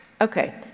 okay